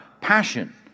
passion